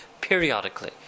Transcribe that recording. periodically